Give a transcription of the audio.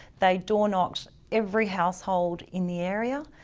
they door knocked every household in the area, ah,